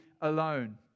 alone